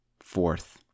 Fourth